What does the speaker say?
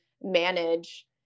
manage